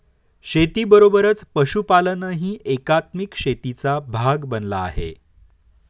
शेतीबरोबरच पशुपालनही एकात्मिक शेतीचा भाग बनला आहे